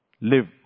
live